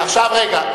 עכשיו רגע.